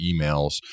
emails